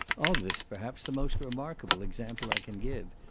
of this, perhaps, the most remarkable example i can give,